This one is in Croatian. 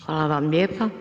Hvala vam lijepa.